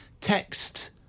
text